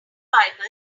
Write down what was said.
bible